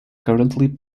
currently